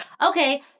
okay